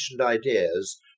ideas